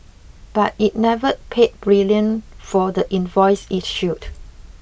but it never paid brilliant for the invoice issued